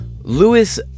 Lewis